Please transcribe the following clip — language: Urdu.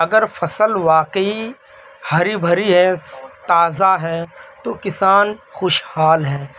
اگر فصل واقعی ہری بھری ہے تازہ ہے تو کسان خوشحال ہے